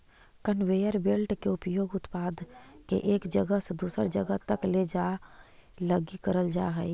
conveyor belt के उपयोग उत्पाद के एक जगह से दूसर जगह तक ले जाए लगी करल जा हई